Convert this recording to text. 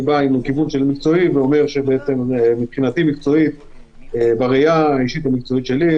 אני בא מכיוון מקצועי ואומר שבראייה האישית והמקצועית שלי,